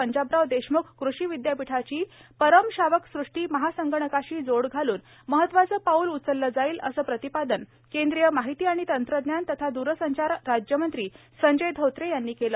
पंजाबराव देशमुख कृषी विद्यापीठाची परम शावक सुष्टी महासंगणकाशी जोड घालून महत्वाचे पाऊल उचलले जाईल अस प्रतिपादन केंद्रीय माहिती आणि तंत्रज्ञान तथा दूरसंचार राज्यमंत्री संजय धोत्रे यांनी केल